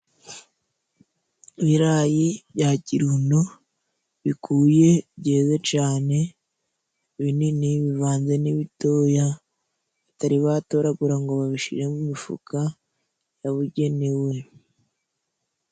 Ibirayi bya kirundo bikuye byeze cyane, binini bivanze n'ibitoya, batari batoragura ngo babishyire mu mifuka yabugenewe.